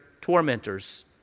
tormentors